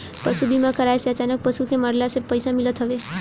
पशु बीमा कराए से अचानक पशु के मरला से पईसा मिलत हवे